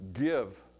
give